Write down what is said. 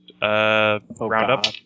Roundup